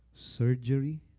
surgery